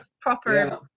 proper